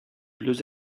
blues